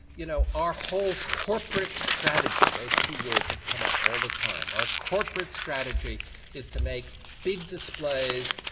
you know our whole corporate strategy, those two words will come up all the time, our corporate strategy is to make big displays,